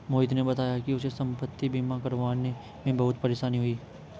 मोहित ने बताया कि उसे संपति बीमा करवाने में बहुत परेशानी हुई